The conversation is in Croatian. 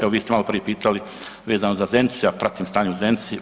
Evo vi ste malo prije pitali vezano za Zenicu, ja pratim stanje u Zenici.